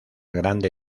grande